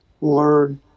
learn